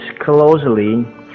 closely